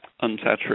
unsaturated